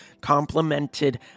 complemented